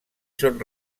són